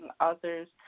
authors